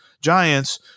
Giants